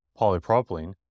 polypropylene